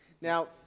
Now